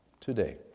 today